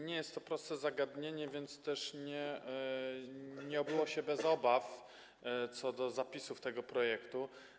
Nie jest to proste zagadnienie, więc też nie obyło się bez obaw co do zapisów tego projektu.